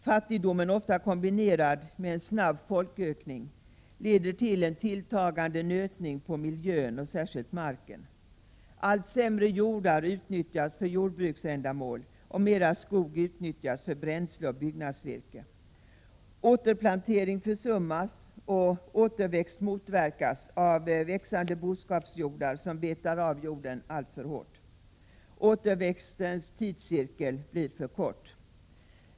Fattigdomen, ofta kombinerad med en snabb folkökning, leder till en tilltagande nötning på miljön och särskilt marken. Allt sämre jordar utnyttjas för jordbruksändamål och mera skog utnyttjas för bränsle och byggnadsvirke. Återplantering försummas och återväxt motverkas av växande boskapsjordar som betar av jorden alltför hårt. Återväxtens tidscirkel blir för kort.